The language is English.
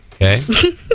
Okay